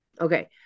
Okay